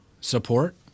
support